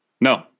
No